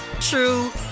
true